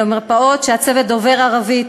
אלו מרפאות שבהן הצוות דובר ערבית,